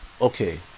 okay